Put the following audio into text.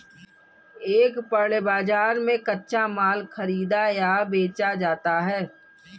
एक पण्य बाजार में कच्चा माल खरीदा या बेचा जाता है